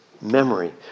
memory